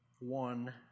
one